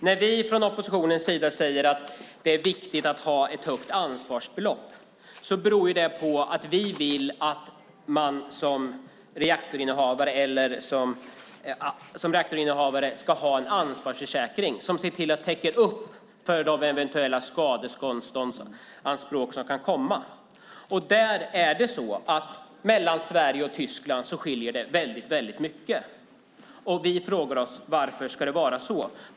När vi från oppositionens sida säger att det är viktigt att ha ett högt ansvarsbelopp beror det på att vi vill att man som anläggningshavare ska ha en ansvarsförsäkring som täcker eventuella skadeståndsanspråk. Där skiljer det väldigt mycket mellan Sverige och Tyskland, och vi frågar oss varför det ska vara så.